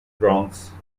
bronx